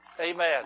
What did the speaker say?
Amen